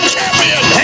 Champion